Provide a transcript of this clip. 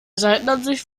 seitenansicht